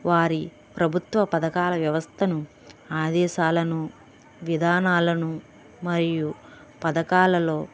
వారి ప్రభుత్వ పథకాల వ్యవస్థను ఆదేశాలను విధానాలను మరియు పథకాలలో